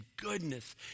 goodness